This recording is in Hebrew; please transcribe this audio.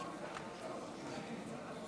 לא, אבל אם אני נותן תשובה, אני לא יכול,